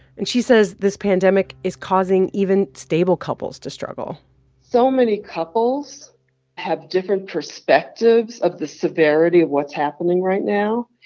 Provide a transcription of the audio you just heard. and she says this pandemic is causing even stable couples to struggle so many couples have different perspectives of the severity of what's happening right now,